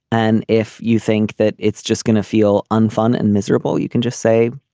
and if you think that it's just going to feel unfun and miserable you can just say